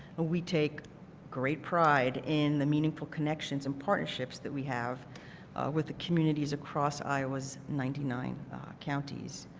ah we take great pride in the meaningful connections and partnerships that we have with the communities across i was ninety nine counties.